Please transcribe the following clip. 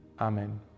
Amen